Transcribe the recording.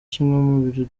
kimwe